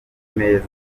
meza